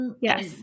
Yes